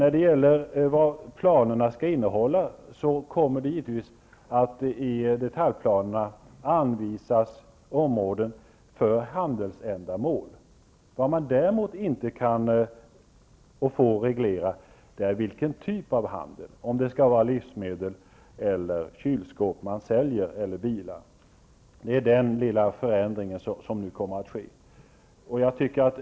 När det gäller planernas innehåll, kommer det givetvis att i detaljplanerna anvisas områden för handelsändamål. Däremot får man inte reglera typ av handel, om det skall vara fråga om livsmedel, kylskåpsförsäljning eller bilförsäljning. Det är denna lilla förändring som kommer att ske.